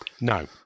No